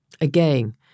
Again